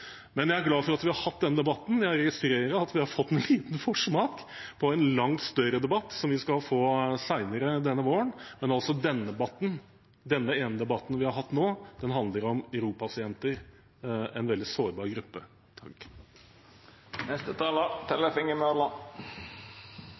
Jeg er glad for at vi har hatt denne debatten. Jeg registrerer at vi har fått en liten forsmak på en langt større debatt som vi skal få senere denne våren. Men denne ene debatten vi har hatt nå, handler om ROP-pasienter, en veldig sårbar gruppe.